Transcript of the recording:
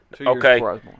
Okay